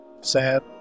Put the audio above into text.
sad